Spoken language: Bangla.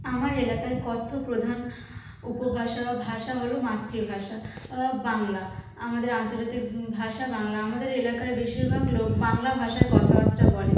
আমার এলাকায় কথ্য প্রধান উপভাষা ভাষা হল মাতৃভাষা বাংলা আমাদের আন্তর্জাতিক ভাষা বাংলা আমাদের এলাকায় বেশিরভাগ লোক বাংলা ভাষায় কথাবার্তা বলে